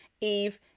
eve